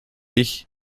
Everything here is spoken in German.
ich